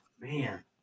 man